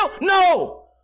no